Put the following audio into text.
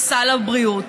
לסל הבריאות.